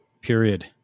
period